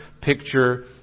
picture